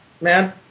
man